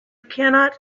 cannot